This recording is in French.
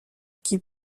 qui